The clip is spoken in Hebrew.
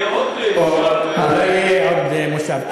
אולי יהיה עוד מושב.